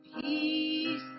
peace